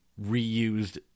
reused